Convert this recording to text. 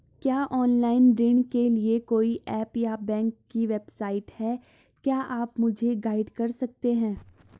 क्या ऑनलाइन ऋण के लिए कोई ऐप या बैंक की वेबसाइट है क्या आप मुझे गाइड कर सकते हैं?